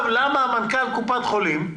מנכ"ל קופת חולים אומר: